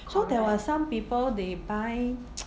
so there were some people they buy